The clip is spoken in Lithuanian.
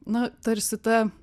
nu tarsi ta